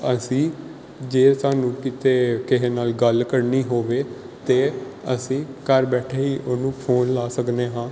ਅਸੀਂ ਜੇ ਸਾਨੂੰ ਕਿਤੇ ਕਿਸੇ ਨਾਲ ਗੱਲ ਕਰਨੀ ਹੋਵੇ ਅਤੇ ਅਸੀਂ ਘਰ ਬੈਠੇ ਹੀ ਉਹਨੂੰ ਫੋਨ ਲਾ ਸਕਦੇ ਹਾਂ